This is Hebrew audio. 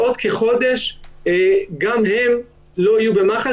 בעוד כחודש גם הם לא יהיו במח"ש.